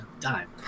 time